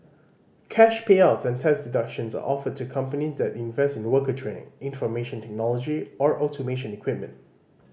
cash payouts and tax deductions are offered to companies that invest in worker training information technology or automation equipment